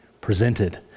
presented